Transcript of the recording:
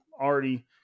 already